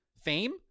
fame